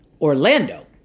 Orlando